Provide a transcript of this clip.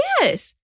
Yes